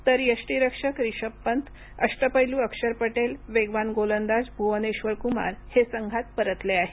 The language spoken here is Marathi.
तर यष्टीरक्षक रिषभ पंत अष्टपैलू अक्षर पटेल वेगवान गोलंदाज भुवनेश्वर कुमार हे संघात परतले आहेत